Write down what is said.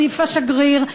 הוסיף השגריר,